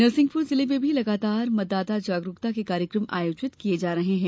नरसिंहपुर जिले में भी लगातार मतदाता जागरूकता के कार्यक्रम आयोजित किये जा रहे हैं